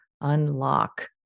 unlock